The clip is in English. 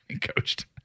coached